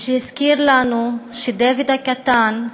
והזכיר לנו שדוד הקטן,